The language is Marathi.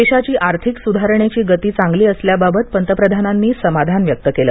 देशाची आर्थिक सुधारणेची गती चांगली असल्याबाबत पंतप्रधानानी समाधान व्यक्त केलं